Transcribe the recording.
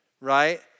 right